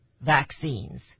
vaccines